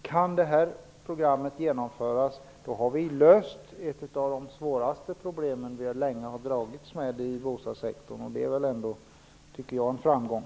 Om detta program kan genomföras har vi löst ett svårt problem som vi länge har dragits med i bostadssektorn. Det är en framgång.